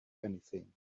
anything